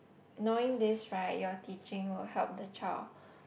knowing this right your teaching will help the child